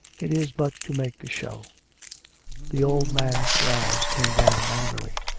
it is but to make a show the old man's brows came down angrily.